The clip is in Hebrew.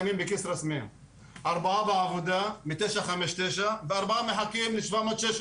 ארבעה בעבודה מ-959 וארבעה מחכים ל-716.